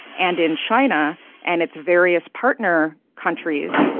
and in china and its various partner countries,